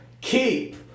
Keep